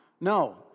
No